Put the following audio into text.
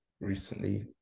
recently